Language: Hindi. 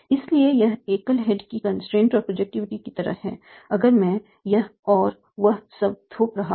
इसलिए यह एकल हेड की कंस्ट्रेंट और प्रोजेक्टिविटी की तरह है अगर मैं यह और वह सब थोप रहा हूं